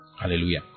Hallelujah